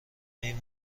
این